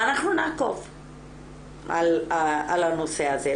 ואנחנו נעקוב על הנושא הזה.